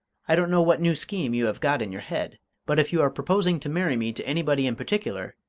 i don't know what new scheme you have got in your head but if you are proposing to marry me to anybody in particular